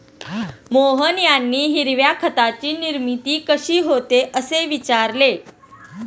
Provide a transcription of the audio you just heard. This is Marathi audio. मोहन यांनी हिरव्या खताची निर्मिती कशी होते, असे विचारले